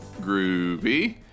Groovy